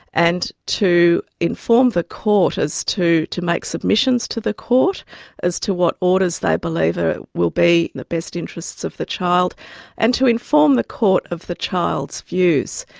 and to inform the court as to. to make submissions to the court as to what orders they believe ah will be in the best interests of the child and to inform the court of the child's views.